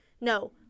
no